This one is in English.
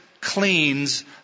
cleans